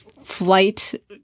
flight